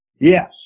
Yes